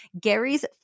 Gary's